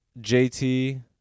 jt